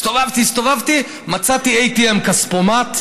הסתובבתי, הסתובבתי, מצאתי ATM, כספומט.